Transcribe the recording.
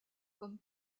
comme